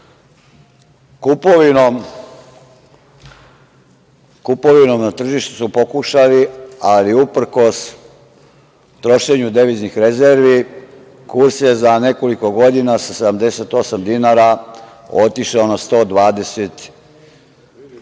Kupovinom na tržištu su pokušali, ali uprkos trošenju deviznih rezervi kurs je za nekoliko godina sa 78 dinara otišao na 120 dinara,